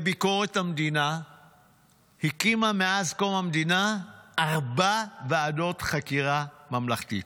לביקורת המדינה הקימה מאז קום המדינה ארבע ועדות חקירה ממלכתיות,